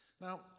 Now